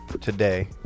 today